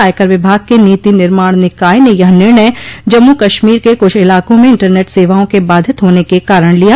आयकर विभाग के नीति निर्माण निकाय न यह निर्णय जम्मू कश्मीर के कुछ इलाकों में इंटरनेट सेवाओं के बाधित होने के कारण लिया